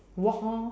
walk orh